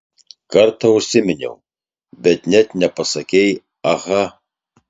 kartą užsiminiau bet net nepasakei aha